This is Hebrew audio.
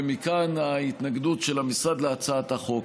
ומכאן ההתנגדות של המשרד להצעת החוק.